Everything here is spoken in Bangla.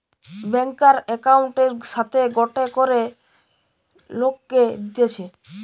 ব্যাংকার একউন্টের সাথে গটে করে লোককে দিতেছে